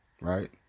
Right